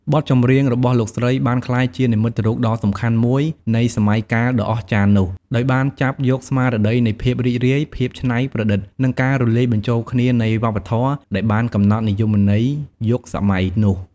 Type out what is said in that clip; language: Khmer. បទចម្រៀងរបស់លោកស្រីបានក្លាយជានិមិត្តរូបដ៏សំខាន់មួយនៃសម័យកាលដ៏អស្ចារ្យនោះ ដោយបានចាប់យកស្មារតីនៃភាពរីករាយ ភាពច្នៃប្រឌិត និងការលាយបញ្ចូលគ្នានៃវប្បធម៌ ដែលបានកំណត់និយមន័យយុគសម័យនោះ។